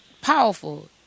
powerful